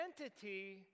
identity